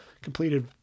Completed